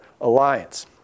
alliance